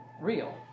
real